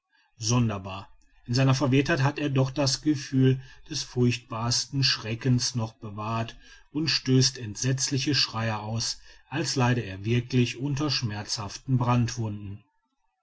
sonderbar in seiner verwirrtheit hat er doch das gefühl des furchtbarsten schreckens noch bewahrt und stößt entsetzliche schreie aus als leide er wirklich unter schmerzhaften brandwunden